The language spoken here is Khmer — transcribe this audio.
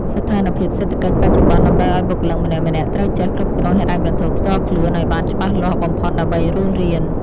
ស្ថានភាពសេដ្ឋកិច្ចបច្ចុប្បន្នតម្រូវឱ្យបុគ្គលិកម្នាក់ៗត្រូវចេះគ្រប់គ្រងហិរញ្ញវត្ថុផ្ទាល់ខ្លួនឱ្យបានច្បាស់លាស់បំផុតដើម្បីរស់រាន។